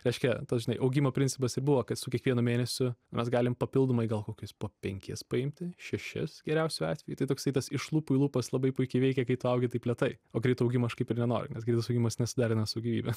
reiškia tas žinai augimo principas ir buvo kad su kiekvienu mėnesiu mes galime papildomai gal kokius po penkis paimti šešis geriausiu atveju tai toksai tas iš lūpų į lūpas labai puikiai veikia kai tu augi taip lėtai o greito augimo aš kaip ir nenoriu nes greitas augimas nesiderina su gyvybe